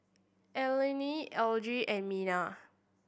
Allene Elige and Minna